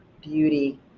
beauty